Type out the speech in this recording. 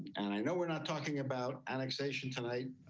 and i know we're not talking about annexation tonight,